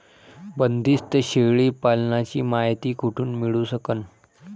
बंदीस्त शेळी पालनाची मायती कुठून मिळू सकन?